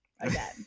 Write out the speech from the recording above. again